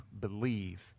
believe